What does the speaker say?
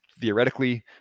theoretically